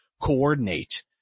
coordinate